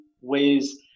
ways